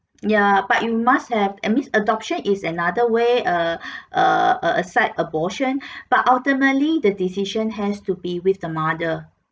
ya but you must have that means adoption is another way err err err aside abortion but ultimately the decision has to be with the mother